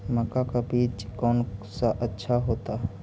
मक्का का बीज कौन सा अच्छा होता है?